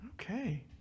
Okay